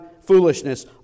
foolishness